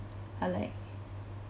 are like